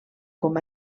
com